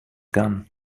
gone